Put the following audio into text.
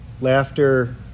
Laughter